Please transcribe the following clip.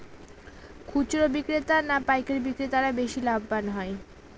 খুচরো বিক্রেতা না পাইকারী বিক্রেতারা বেশি লাভবান হয়?